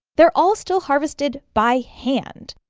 they're all still harvested by hand.